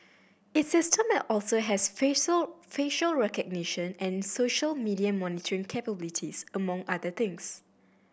its system also has facial recognition and social media monitoring capabilities among other things